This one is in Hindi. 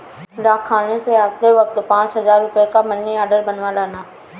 डाकखाने से आते वक्त पाँच हजार रुपयों का मनी आर्डर बनवा लाना